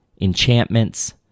enchantments